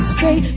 say